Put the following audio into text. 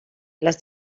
les